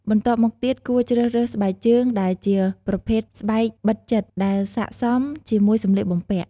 បន្ទាប់មកទៀតគួរជ្រើសរើសស្បែកជើងដែលជាប្រភេទស្បែកបិទជិតដែលស័ក្តិសមជាមួយសម្លៀកបំពាក់។